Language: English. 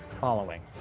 following